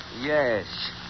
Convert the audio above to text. Yes